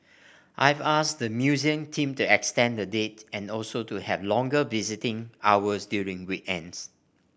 I've asked the museum team to extend the date and also to have longer visiting hours during weekends